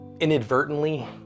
inadvertently